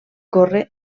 corre